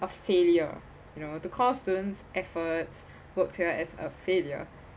a failure you know to call students efforts works here as a failure